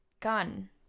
gun